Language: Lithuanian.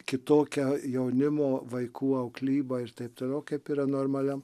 kitokia jaunimo vaikų auklyba ir taip toliau kaip yra normaliam